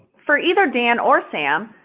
for either dan or sam,